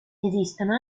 esistono